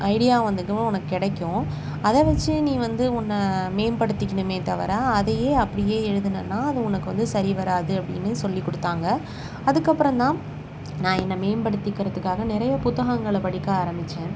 idea வந்து இதுவும் உனக்கு கிடைக்கும் அதை வச்சு நீ வந்து உன்ன மேம்படுத்திக்கணுமே தவிர அதையே அப்படியே எழுதினன்னா அது உனக்கு வந்து சரி வராது அப்படின்னு சொல்லி கொடுத்தாங்க அதுக்கப்புறந்தான் நான் என்ன மேம்படுத்திக்கிறத்துக்காக நிறைய புத்தகங்களை படிக்க ஆரம்மிச்சேன்